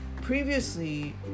previously